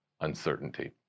uncertainty